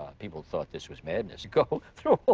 people thought this was madness. you go through all